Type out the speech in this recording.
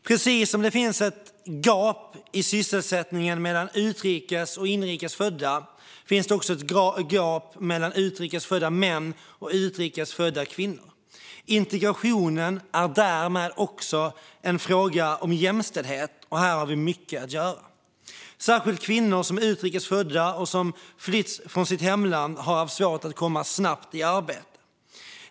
Precis som det finns ett gap i fråga om sysselsättning mellan utrikes och inrikes födda finns det ett gap mellan utrikes födda män och utrikes födda kvinnor. Integration är därmed också en fråga om jämställdhet. Här har vi mycket att göra. Särskilt utrikes födda kvinnor som har flytt från sina hemländer har haft svårt att snabbt komma i arbete.